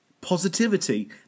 positivity